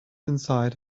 inside